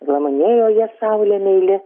glamonėjo ją saulė meili